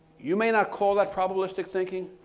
you may not call that probabilistic thinking,